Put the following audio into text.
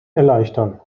erleichtern